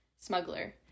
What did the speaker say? smuggler